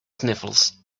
sniffles